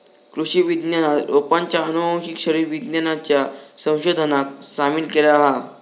कृषि विज्ञानात रोपांच्या आनुवंशिक शरीर विज्ञानाच्या संशोधनाक सामील केला हा